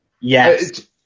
Yes